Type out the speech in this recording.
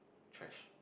trash